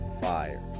fire